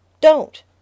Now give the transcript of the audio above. Don't